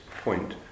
point